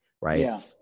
Right